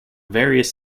various